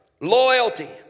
loyalty